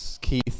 keith